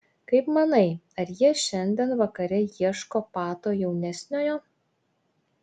kaip manai ar jie šiandien vakare ieško pato jaunesniojo